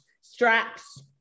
straps